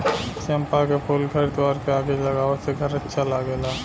चंपा के फूल घर दुआर के आगे लगावे से घर अच्छा लागेला